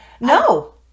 No